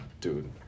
dude